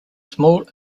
small